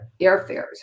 airfares